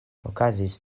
okazis